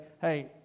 hey